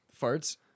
Farts